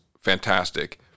fantastic